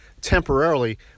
temporarily